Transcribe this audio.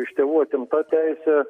iš tėvų atimta teisė